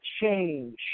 change